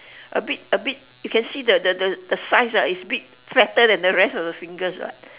a bit a bit you can see the the the size is big is fatter than the rest of the fingers what